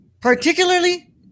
particularly